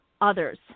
others